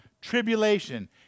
tribulation